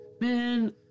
man